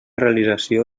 realització